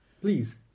Please